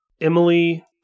Emily